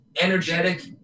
energetic